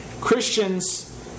Christians